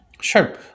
sure